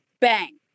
bang